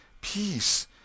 Peace